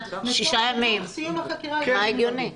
רגע, זה לצורך סיום החקירה האפידמיולוגית?